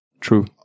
True